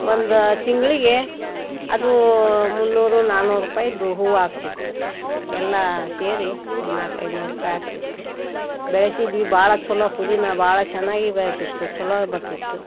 ಒಂದು ತಿಂಗಳಿಗೆ ಅದು ಮುನ್ನೂರು ನಾಲ್ಕುನೂರು ರೂಪಾಯಿದ್ದು ಹೂವು ಆಗ್ತಿತ್ತು ಎಲ್ಲ ಸೇರಿ ಒಂದು ನಾಲ್ಕು ಐದುನೂರು ರೂಪಾಯಿ ಆಗ್ತಿತ್ತು ಬೆಳೆಸಿದ್ವಿ ಭಾಳ ಛಲೋ ಪುದೀನಾ ಭಾಳ ಚೆನ್ನಾಗಿ ಬೆಳೀತಿತ್ತು ಛಲೋ ಬರ್ತಿತ್ತು